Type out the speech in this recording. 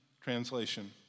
translation